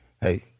hey